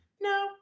no